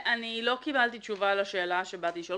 אני לא קיבלתי תשובה על השאלה שבאתי לשאול.